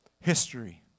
history